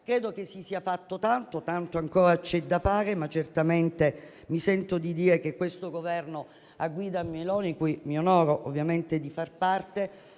Credo che si sia fatto tanto, tanto ancora c'è da fare, ma certamente sento di poter dire che questo Governo a guida Meloni, di cui mi onoro ovviamente di far parte,